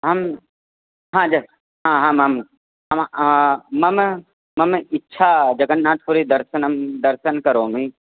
अहं हा ज हा आम् आम् मम मम इच्छा जगन्नाथपुरी दर्शनं दर्शनं करोमि